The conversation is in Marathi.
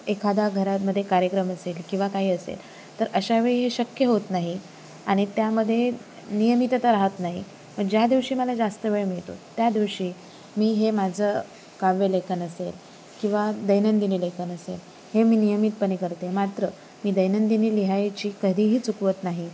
एखादा घरामध्ये कार्यक्रम असेल किंवा काही असेल तर अशा वेळी हे शक्य होत नाही आणि त्यामध्ये नियमितता राहत नाही पण ज्या दिवशी मला जास्त वेळ मिळतो त्या दिवशी मी हे माझं काव्यलेखन असेल किंवा दैनंदिनी लेखन असेल हे मी नियमितपणे करते मात्र मी दैनंदिनी लिहायची कधीही चुकवत नाही